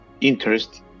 interest